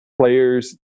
players